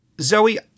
Zoe